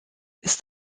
ist